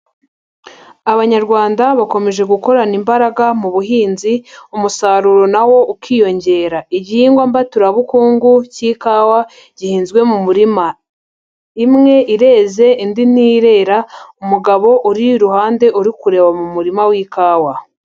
Abanyarwanda bakomeje gukorana imbaraga mu buhinzi umusaruro na wo ukiyongera, igihingwa mbaturabukungu cy'ikawa gihinzwe mu murima, imwe ireze indi ntirera, umugabo uri iruhande uri kureba mu murima w'ikawa.